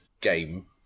game